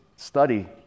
study